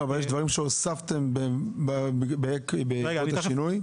אבל יש דברים שהוספתם בעקבות השינוי?